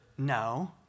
No